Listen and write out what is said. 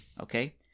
okay